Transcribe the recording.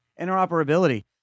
Interoperability